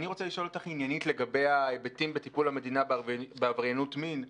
אני רוצה לשאול אותך עניינית לגבי ההיבטים בטיפול המדינה בעבריינות מין.